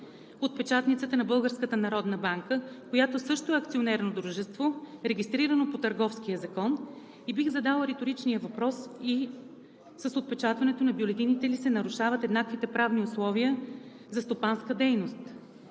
народна банка, която също е акционерно дружество, регистрирано по Търговския закон. И бих задала риторичния въпрос: и с отпечатването на бюлетините ли се нарушават еднаквите правни условия за стопанска дейност?